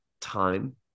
time